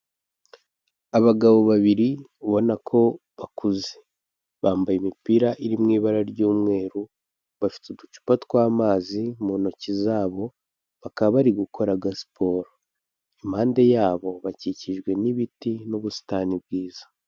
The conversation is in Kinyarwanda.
Abagabo babiri ubona ko bakuze bambaye imipira iri mu ibara ry'umweru bafite uducupa tw'amazi mu ntoki zabo bakaba bari gukora aga siporo, impande yabo bakikijwe n'ibiti n'ubusitani bwiza.